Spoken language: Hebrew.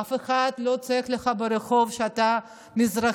אף אחד לא צועק לך ברחוב שאתה מזרחי.